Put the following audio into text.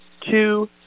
two